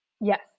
Yes